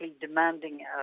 demanding